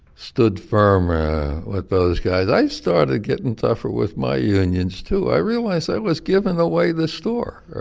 stood firm with those guys, i started getting tougher with my unions, too i realized i was giving away the store.